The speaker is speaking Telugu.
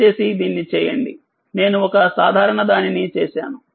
దయచేసి దీన్ని చేయండి నేను ఒక సాధారణ దానిని చేశాను